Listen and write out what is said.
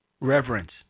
Reverence